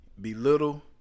belittle